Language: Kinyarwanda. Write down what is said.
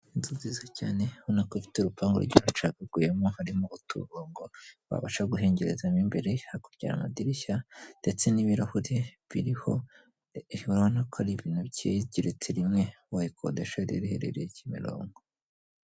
Inzu nziza cyane ubona ko ifite urupangu rugiye rucagaguyemo, harimo uturongo wabasha guhengereza mo imbere, hakurya hari amadirishya ndetse n'ibirahuri biriho, urabona igeretse rimwe wayikodesha iherereye i Kimironko.